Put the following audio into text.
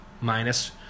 minus